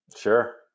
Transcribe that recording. Sure